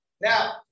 Now